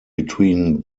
between